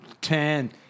Ten